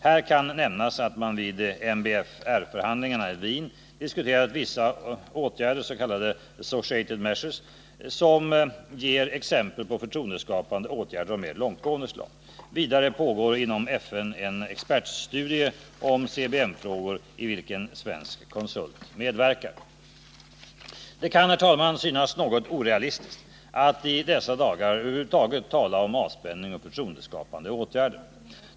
Här kan nämnas att man vid MBFR-förhandlingarna i Wien diskuterat vissa åtgärder, s.k. associated measures, som ger exempel på förtroendeskapande åtgärder av mer långtgående slag. Vidare pågår inom FN en expertstudie om CBM-frågor i vilken svensk konsult medverkar. Det kan, herr talman, synas något orealistiskt att i dessa dagar över huvud taget tala om avspänning och förtroendeskapande åtgärder.